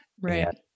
Right